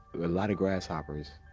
a lot of grasshoppers,